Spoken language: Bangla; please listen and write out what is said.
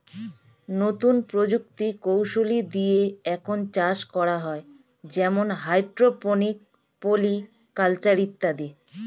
নতুন প্রযুক্তি কৌশলী দিয়ে এখন চাষ করা হয় যেমন হাইড্রোপনিক, পলি কালচার ইত্যাদি